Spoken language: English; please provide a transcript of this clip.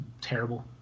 terrible